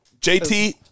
JT